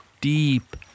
deep